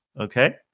Okay